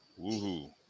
woohoo